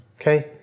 okay